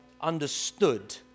understood